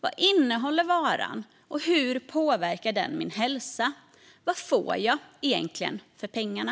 Vad innehåller varan, och hur påverkar den min hälsa? Vad får jag egentligen för pengarna?